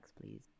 please